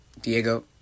Diego